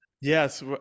Yes